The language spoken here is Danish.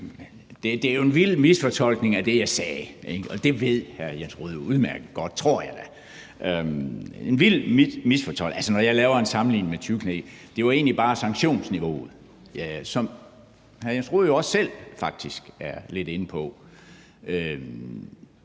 Det er jo en vild misfortolkning af det, jeg sagde, og det ved hr. Jens Rohde jo udmærket godt – tror jeg da – en vild misfortolkning. Når jeg laver en sammenligning med tyveknægte, handler det egentlig bare om sanktionsniveauet, som hr. Jens Rohde jo faktisk også selv er lidt inde på.